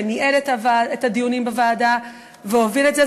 שניהל את הדיונים בוועדה והוביל את זה.